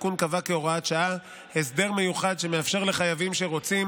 התיקון קבע כהוראת שעה הסדר מיוחד שמאפשר לחייבים שרוצים